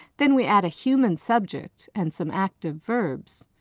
then we add a human subject and some active verbs,